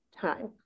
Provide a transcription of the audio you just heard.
time